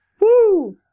Woo